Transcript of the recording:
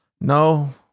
no